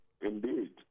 Indeed